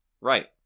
Right